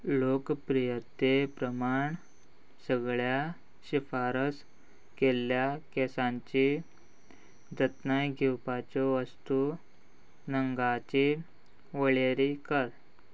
लोकप्रियते प्रमाण सगळ्या शिफारस केल्ल्या केंसांची जतनाय घेवपाच्यो वस्तू नंगाची वळेरी कर